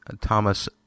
Thomas